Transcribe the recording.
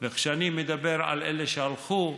וכשאני מדבר על אלה שהלכו,